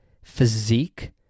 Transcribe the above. Physique